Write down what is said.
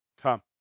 come